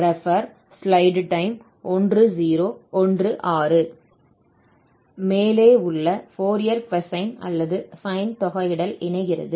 மேலே உள்ள Fourier cosine அல்லது sine தொகையிடல் இணைகிறது